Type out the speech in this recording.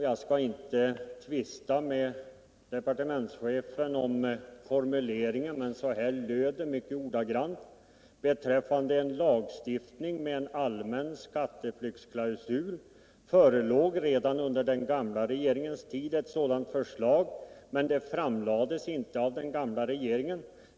Jag skall inte tvista med departementschefen om formuleringen, men så här löd den ordagrant: ”Beträffande en lagstiftning med en allmän skatteflyktsklausul förelåg redan under den gamla regeringens tid ett sådant förslag, men det framlades inte av den gamla regeringen.